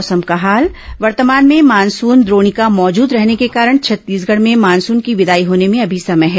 मौसम वर्तमान में मानसून द्रोणिका मौजूद रहने के कारण छत्तीसगढ़ में मानसून की विदाई होने में अभी समय है